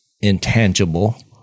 intangible